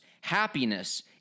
Happiness